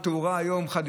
עם תאורה חדישה,